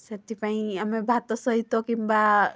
ସେଥିପାଇଁ ଆମେ ଭାତ ସହିତ କିମ୍ବା